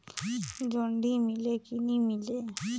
जोणी मीले कि नी मिले?